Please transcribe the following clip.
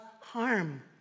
harm